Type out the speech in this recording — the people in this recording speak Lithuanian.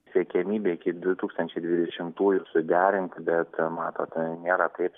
siekiamybė iki du tūkstančiai dvidešimtųjų suderinti bet matote nėra taip